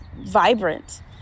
vibrant